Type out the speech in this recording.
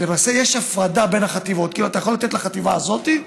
אז למעשה יש הפרדה בין החטיבות: אתה יכול לתת לחטיבה הזאת,